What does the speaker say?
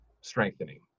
strengthening